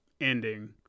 ending